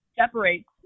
separates